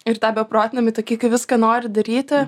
ir tą beprotnamį tokį kai viską nori daryti